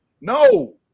No